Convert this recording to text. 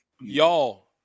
y'all